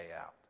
out